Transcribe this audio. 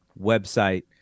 website